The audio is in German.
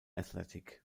athletic